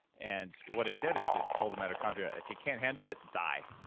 and what it did, is it told the mitochondria, if you can't handle it, die.